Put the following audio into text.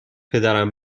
پدرم